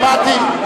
שמעתי.